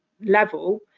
level